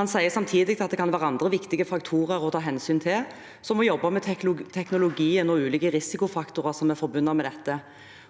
Den sier samtidig at det kan være andre viktigere faktorer å ta hensyn til, som å jobbe med teknologien og ulike risikofaktorer som er forbundet med dette.